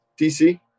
DC